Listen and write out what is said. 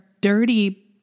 dirty